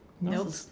Nope